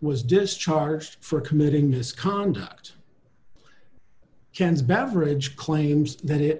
was discharged for committing misconduct gens beverage claims that it